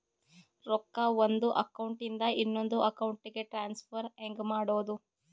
ರೊಕ್ಕ ಒಂದು ಅಕೌಂಟ್ ಇಂದ ಇನ್ನೊಂದು ಅಕೌಂಟಿಗೆ ಟ್ರಾನ್ಸ್ಫರ್ ಹೆಂಗ್ ಮಾಡೋದು?